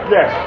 Yes